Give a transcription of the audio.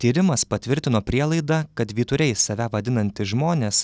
tyrimas patvirtino prielaidą kad vyturiais save vadinantys žmonės